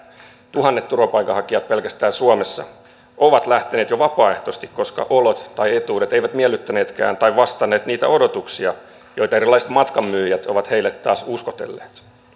tuhannet turvapaikanhakijat pelkästään suomessa ovat jo lähteneet vapaaehtoisesti koska olot tai etuudet eivät miellyttäneetkään tai vastanneet niitä odotuksia joita erilaiset matkanmyyjät ovat heille taas uskotelleet